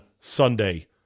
Sunday